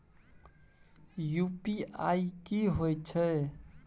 UPI की होय छै?